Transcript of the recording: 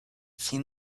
seen